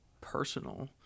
personal